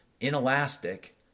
inelastic